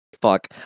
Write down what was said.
fuck